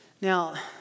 Now